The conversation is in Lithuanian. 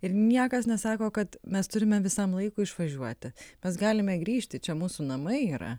ir niekas nesako kad mes turime visam laikui išvažiuoti mes galime grįžti čia mūsų namai yra